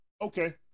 Okay